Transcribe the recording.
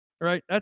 right